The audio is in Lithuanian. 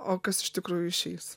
o kas iš tikrųjų išeis